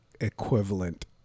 equivalent